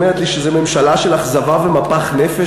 את אומרת לי שזאת ממשלה של אכזבה ומפח נפש.